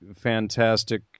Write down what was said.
fantastic